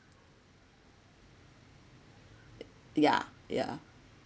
ya ya